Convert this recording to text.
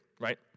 right